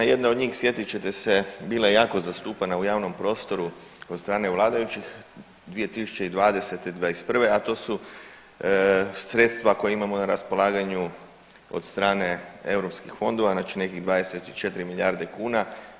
Jedna od njih sjetit ćete se bila je jako zastupana u javnom prostoru od strane vladajućih 2020., '21., a to su sredstva koja imamo na raspolaganju od strane europskih fondova, znači nekih 24 milijarde kuna.